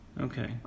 Okay